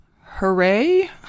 Hooray